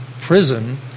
prison